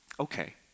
Okay